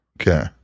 Okay